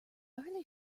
early